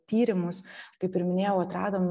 tyrimus kaip ir minėjau atradom